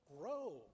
grow